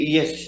Yes